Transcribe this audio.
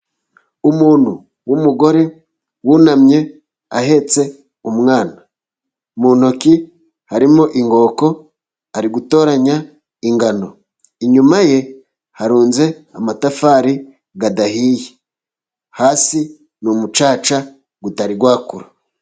Umuntu w'umugore wunamye ahetse umwana. Mu ntoki harimo inkoko ari gutoranya ingano, inyuma ye harunze amatafari adahiye, hasi ni umucaca utari wakura.